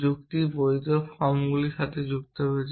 যুক্তির বৈধ ফর্মগুলির সাথে সম্পর্কিত